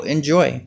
Enjoy